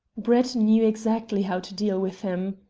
brett knew exactly how to deal with him.